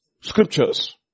scriptures